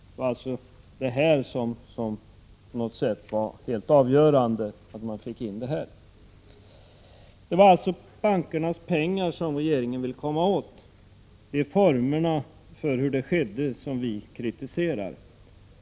Det var alltså behovet att få in pengar som på något sätt var helt avgörande. Det var alltså bankernas pengar som regeringen ville komma åt. Det är formerna för hur det skedde som vi kritiserar.